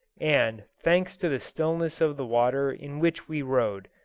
and, thanks to the stillness of the water in which we rode,